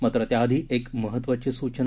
मात्र त्याआधी एक महत्त्वाची सूचना